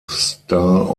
star